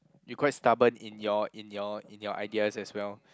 you quite stubborn in your in your in your ideas as well